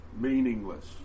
meaningless